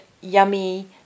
yummy